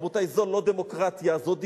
רבותי, זו לא דמוקרטיה, זו דיקטטורה.